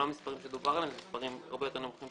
אלה לא המספרים עליהם דובר אלא המספרים הם הרבה יותר נמוכים,